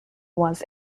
was